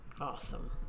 Awesome